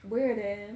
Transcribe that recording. there there